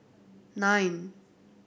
nine